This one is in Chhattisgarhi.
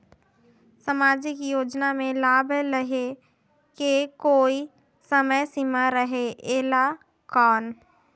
समाजिक योजना मे लाभ लहे के कोई समय सीमा रहे एला कौन?